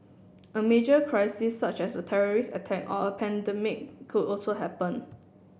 a major crisis such as a terrorist attack or a pandemic could also happen